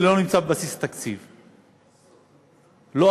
לא, מאה